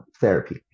therapy